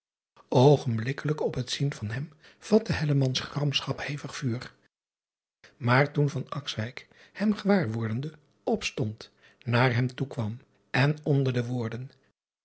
ogenblikkelijk op het zien van hem vatte gramschap hevig vuur driaan oosjes zn et leven van illegonda uisman maar toen hem gewaar wordende opstond naar hem toekwam en onder de woorden